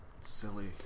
silly